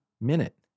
minute